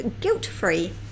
guilt-free